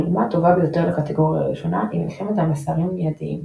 הדוגמה הטובה ביותר לקטגוריה הראשונה היא מלחמת המסרים מיידיים,